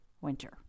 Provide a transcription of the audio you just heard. winter